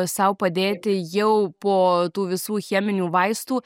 sau padėti jau po tų visų cheminių vaistų